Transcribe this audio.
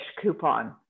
coupon